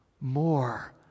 more